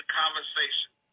conversation